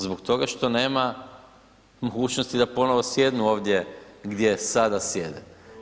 Zbog toga što nema mogućnosti da ponovo sjednu ovdje gdje sada sjede.